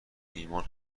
ایمان